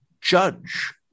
judge